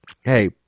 hey